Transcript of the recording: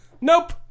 Nope